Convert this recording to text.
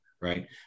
right